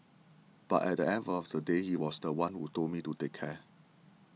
but at the end of the day he was the one who told me to take care